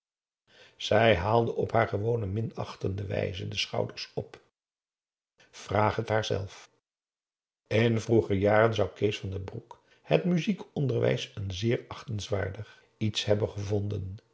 zij haalde op haar gewone minachtende wijze de schouders op vraag het haar zelf in vroeger jaren zou kees van den broek het muziekonderwijs een zeer achtenswaardig iets hebben gevonden